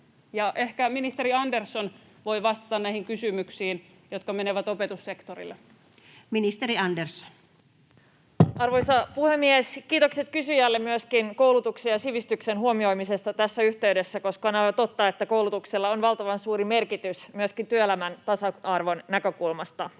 Suullinen kysymys perhevapaaudistuksesta (Mari-Leena Talvitie kok) Time: 16:32 Content: Arvoisa puhemies! Kiitokset kysyjälle myöskin koulutuksen ja sivistyksen huomioimisesta tässä yhteydessä, koska on aivan totta, että koulutuksella on valtavan suuri merkitys myöskin työelämän tasa-arvon näkökulmasta.